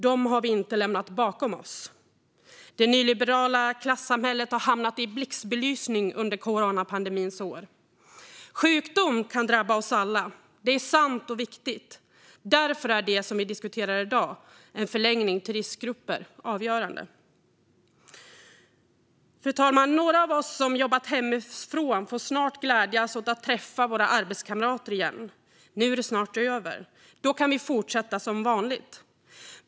De har vi inte lämnat bakom oss. Det nyliberala klassamhället har hamnat i blixtbelysning under coronapandemins år. Sjukdom kan drabba oss alla. Det är sant och viktigt. Därför är det som vi diskuterar i dag, en förlängning av ersättningen till riskgrupper, avgörande. Fru talman! Några av oss som jobbat hemifrån får snart glädjas åt att träffa våra arbetskamrater igen. Nu är det snart över. Då kan vi fortsätta som vanligt.